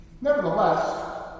Nevertheless